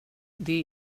det